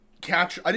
catch